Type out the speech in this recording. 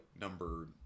number